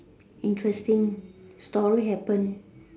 interesting story happen